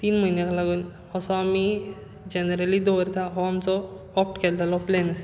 तीन म्हयन्याक लागून असो आमी जॅनरली दवरतात हो आमचो ऑप्ट केल्लेलो प्लेन